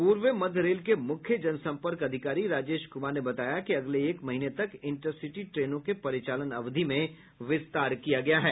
पूर्व मध्य रेल के मुख्य जनसंपर्क अधिकारी राजेश कुमार ने बताया कि अगले एक महीने तक इंटरसिटी ट्रेनों के परिचालन अवधि में विस्तार किया गया है